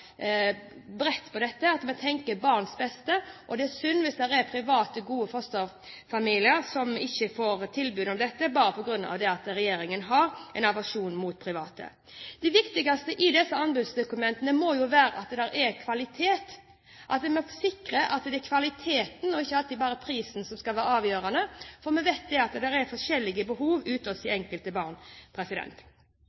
bredt på dette at vi tenker barns beste. Det er synd hvis det er gode private fosterfamilier som ikke får tilbud om dette bare på grunn av at regjeringen har en aversjon mot private. Det viktigste i disse anbudsdokumentene må være at det er kvalitet, at vi sikrer at det er kvaliteten og ikke alltid bare prisen som skal være avgjørende. For vi vet at det er forskjellige behov